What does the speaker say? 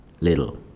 little